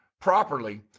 properly